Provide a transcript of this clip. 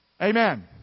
Amen